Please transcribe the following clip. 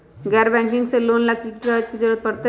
गैर बैंकिंग से लोन ला की की कागज के जरूरत पड़तै?